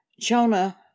Jonah